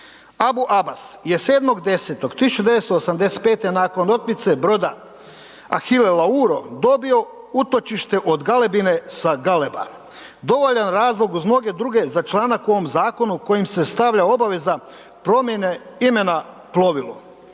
Abu Abas je 7.10.1985. nakon otmice broda Achille Lauro dobio utočište od galebine sa Galeba. Dovoljan razlog uz mnoge druge za članak u ovom zakonu kojim se stavlja obaveza promjene imena plovilu.